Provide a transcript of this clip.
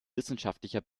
wissenschaftlicher